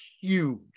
huge